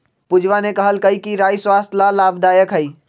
पूजवा ने कहल कई कि राई स्वस्थ्य ला लाभदायक हई